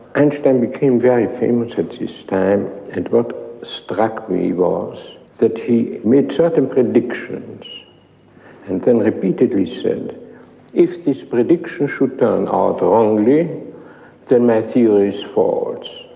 einstein became very famous at this so time, and what struck me was that, he made certain predictions and then repeatedly said if this prediction should turn out wrongly then my theory is false.